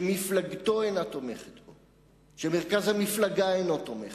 מפלגתו אינה תומכת בו, ומרכז המפלגה אינו תומך,